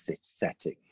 setting